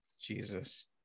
Jesus